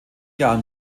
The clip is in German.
jahren